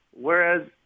whereas